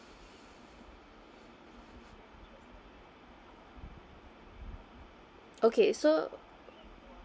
okay so